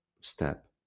step